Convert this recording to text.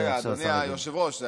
אדוני היושב-ראש,